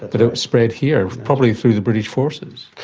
but it spread here, probably through the british forces.